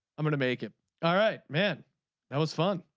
i'm gonna make it all right. man that was fun.